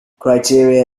criteria